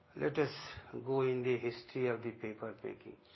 let us go in the history of the paper making.